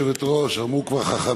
גברתי היושבת-ראש, אמרו כבר חכמינו: